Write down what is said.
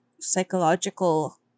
psychological